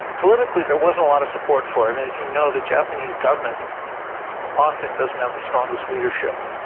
politically, there wasn't a lot of support for it. and, as you know, the japanese government often doesn't have the strongest leadership.